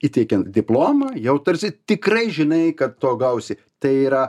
įteikiant diplomą jau tarsi tikrai žinai kad to gausi tai yra